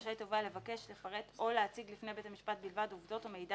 רשאי התובע לבקש לפרט או להציג לפני בית המשפט בלבד עובדות או מידע